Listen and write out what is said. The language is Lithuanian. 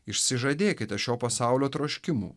išsižadėkite šio pasaulio troškimų